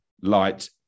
light